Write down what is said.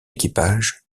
équipage